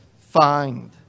find